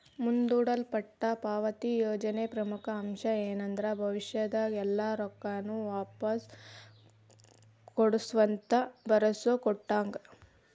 ಮುಂದೂಡಲ್ಪಟ್ಟ ಪಾವತಿ ಯೋಜನೆಯ ಪ್ರಮುಖ ಅಂಶ ಏನಂದ್ರ ಭವಿಷ್ಯದಾಗ ಎಲ್ಲಾ ರೊಕ್ಕಾನು ವಾಪಾಸ್ ಕೊಡ್ತಿವಂತ ಭರೋಸಾ ಕೊಟ್ಟಂಗ